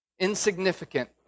insignificant